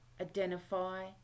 identify